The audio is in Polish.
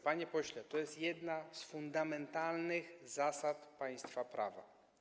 Panie pośle, to jest jedna z fundamentalnych zasad państwa prawa.